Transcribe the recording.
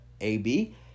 AB